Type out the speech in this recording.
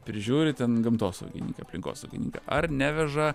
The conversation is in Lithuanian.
prižiūri ten gamtosaugininkai aplinkosaugininkai ar neveža